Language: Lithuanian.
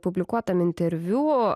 publikuotame interviu